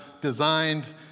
designed